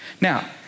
Now